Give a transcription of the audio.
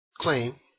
claim